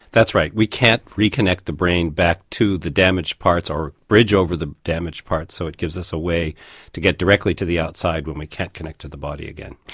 that's right. we can't reconnect the brain back to the damaged parts or bridge over the damaged parts, so it gives us a way to get directly to the outside when we can't connect to the body again.